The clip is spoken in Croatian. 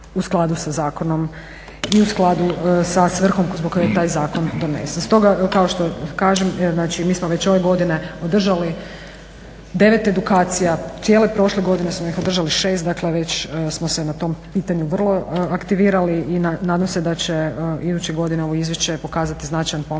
u skladu sa zakonom i u skladu sa svrhom zbog koji je taj zakon donesen. Stoga kao što kažem evo mi smo već ove godine održali 9 edukacija cijele prošle godine smo ih održali 6 dakle već smo se na tom pitanju vrlo aktivirali i nadam se da će iduće godine ovo izvješće pokazati značajan korak